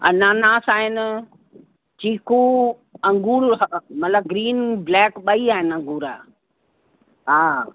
अनानास आहिनि चीकू अंगूर मतलबु ग्रीन ब्लैक ॿई आहिनि अंगूर हा